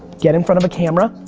get in front of a camera,